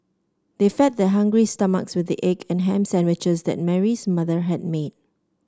they fed their hungry stomachs with the egg and ham sandwiches that Mary's mother had made